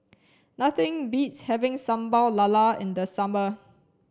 nothing beats having Sambal Lala in the summer